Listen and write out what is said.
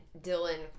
Dylan